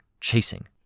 chasing